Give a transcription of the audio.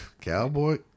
Cowboy